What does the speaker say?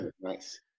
Nice